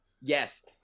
Yes